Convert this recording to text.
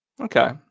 Okay